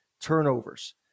turnovers